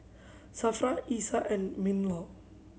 SAFRA Isa and MinLaw